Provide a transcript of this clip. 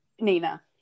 Nina